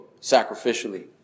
sacrificially